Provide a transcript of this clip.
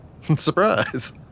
Surprise